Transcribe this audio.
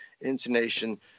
intonation